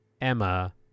Emma